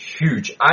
huge